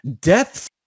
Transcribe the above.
death